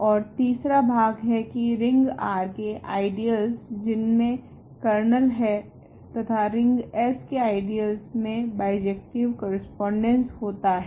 ओर तीसरा भाग है की रिंग R के आइडियलस जिनमे कर्नल हो तथा रिंग S के आइडियलस मे बाइजेक्टिव करस्पोंडेंस होता है